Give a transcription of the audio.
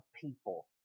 people